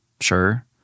Sure